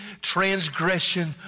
transgression